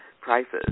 prices